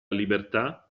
libertà